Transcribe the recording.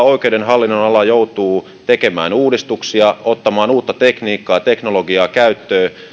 oikeuden hallinnonala joutuu tekemään uudistuksia ottamaan uutta tekniikkaa teknologiaa käyttöön